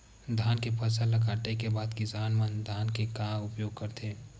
धान के फसल ला काटे के बाद किसान मन धान के का उपयोग करथे?